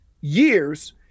years